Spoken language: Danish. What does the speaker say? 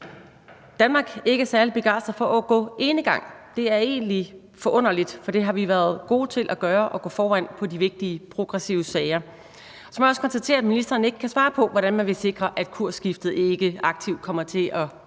Danmark ikke er særlig begejstret for at gå enegang, og det er egentlig forunderligt, for det har vi været gode til at gøre, altså gå foran i de vigtige, progressive sager. Så må jeg også konstatere, at ministeren ikke kan svare på, hvordan man vil sikre, at kursskiftet ikke aktivt kan komme til at